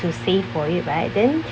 to save for it right then